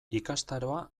ikastaroa